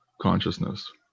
consciousness